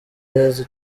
yezu